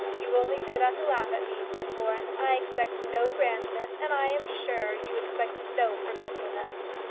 you only say that to laugh at me, said florence. i expect no grandness, and i am sure you expect no forgetfulness.